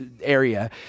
area